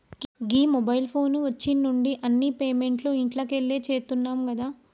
గీ mobile phone వచ్చిన్నుండి అన్ని పేమెంట్లు ఇంట్లకెళ్లే చేత్తున్నం గదా